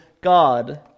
God